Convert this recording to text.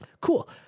Cool